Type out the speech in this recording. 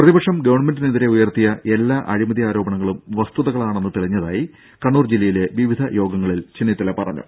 പ്രതിപക്ഷം ഗവൺമെന്റിനെതിരെ ഉയർത്തിയ എല്ലാ അഴിമതി ആരോപണങ്ങളും വസ്തുതകളാണെന്ന് തെളിഞ്ഞതായി കണ്ണൂർ ജില്ലയിലെ വിവിധ യോഗങ്ങളിൽ ചെന്നിത്തല പറഞ്ഞു